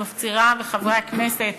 אני מפצירה בחברי הכנסת,